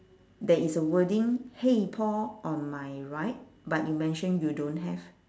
there is a wording !hey! paul on my right but you mention you don't have